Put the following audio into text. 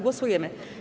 Głosujemy.